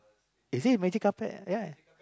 is it magic carpet right